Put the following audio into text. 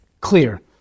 clear